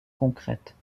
concrète